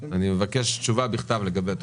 אני מבקש תשובה בכתב לגבי התוכניות.